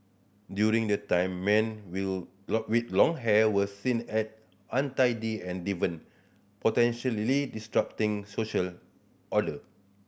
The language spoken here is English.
during that time men will with long hair were seen as untidy and deviant potentially disrupting social order